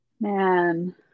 Man